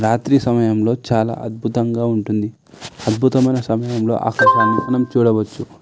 రాత్రి సమయంలో చాలా అద్భుతంగా ఉంటుంది అద్భుతమైన సమయంలో ఆకాశాన్ని మనం చూడవచ్చు